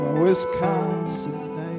wisconsin